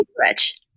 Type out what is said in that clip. Rich